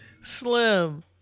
Slim